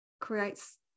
creates